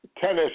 Tennis